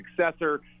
successor